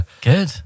Good